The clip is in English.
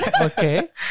Okay